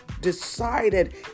decided